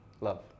Love